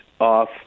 off